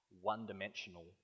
one-dimensional